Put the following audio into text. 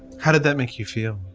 how did that make you feel?